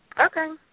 Okay